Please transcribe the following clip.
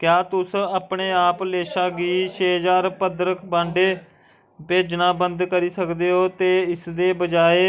क्या तुस अपने आप लेशा गी छे ज्हार पंदरबाड़े भेजना बंद करी सकदे ओ ते इसदे बजाए